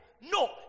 No